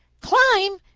climb!